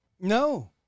No